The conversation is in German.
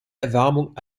erwärmung